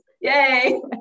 Yay